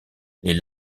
les